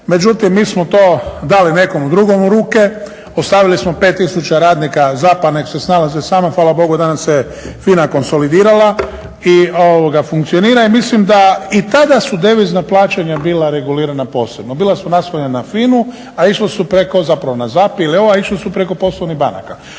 Međutim, mi smo to dali nekomu drugome u ruke. Ostavili smo 5 tisuća radnika ZAP-a neka se snalaze sami, hvala Bogu danas se FINA konsolidirala i funkcionira. I mislim da i tada su devizna plaćanja bila regulirana posebno. Bila su naslovljena na FINA-u a išla su preko, zapravo na ZAP, a išli su preko poslovnih banaka.